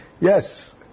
Yes